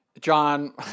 John